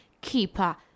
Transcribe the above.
keeper